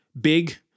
big